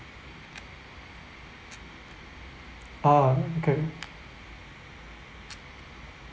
ah okay